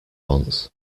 once